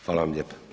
Hvala vam lijepa.